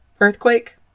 earthquake